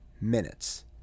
minutes